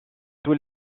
tous